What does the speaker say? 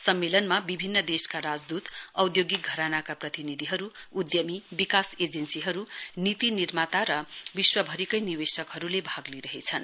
सम्मेलनमा विभिन्न देशका राजदूत औद्योगिक धरानाका प्रतिनिधिहरू उद्यमी विकास एजेन्सीहरू नीति निर्माता र विश्वभरिकै निवेशकहरूले भाग लिइरहेछन्